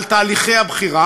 על תהליכי הבחירה.